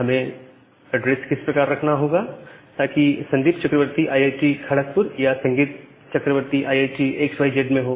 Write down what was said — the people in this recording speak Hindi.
हमें एड्रेस किस प्रकार रखना होगा ताकि संदीप चक्रवर्ती आईआईटी खड़कपुर या Sandeep Chakravarti IIT X Y Z में हो